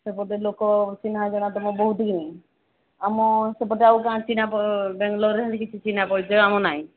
ଗୋଟେଲୋକ ଚିହ୍ନା ଜଣା ତୁମକୁ କହୁଥିଲି ଆମ ସେପଟେ ଆଉ ବାଙ୍ଗଲୋରରେ କେହି ଚିହ୍ନା ପରିଚୟ ଆମ ନାହିଁ